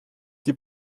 die